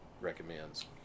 recommends